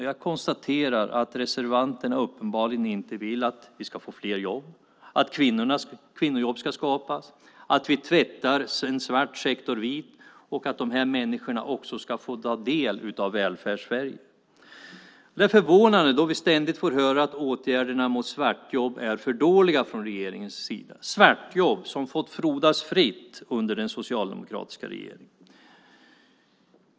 Jag konstaterar att reservanterna uppenbarligen inte vill att vi ska få fler jobb, att kvinnojobb ska skapas, att vi tvättar en svart sektor vit och att de här människorna också ska få ta del av Välfärdssverige. Det är förvånande då vi ständigt får höra att åtgärderna mot svartjobb är för dåliga från regeringens sida. Det handlar om svartjobb som har fått frodas fritt under den socialdemokratiska regeringen.